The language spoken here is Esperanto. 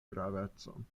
gravecon